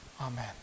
Amen